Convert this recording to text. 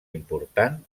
important